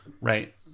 Right